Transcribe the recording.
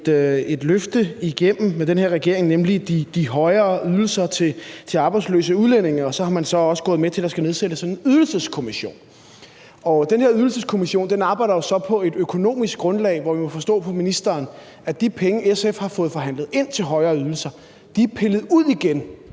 et løfte igennem hos den her regering, nemlig de højere ydelser til arbejdsløse udlændinge, og så er man også gået med til, at der skal nedsættes en Ydelseskommission. Og den her Ydelseskommission arbejder jo så på et økonomisk grundlag, hvor de penge, som SF har fået forhandlet ind til højere ydelser, må vi forstå på